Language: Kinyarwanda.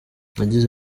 yagize